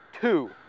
two